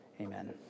Amen